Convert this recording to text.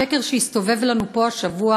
שקר שהסתובב לנו פה השבוע,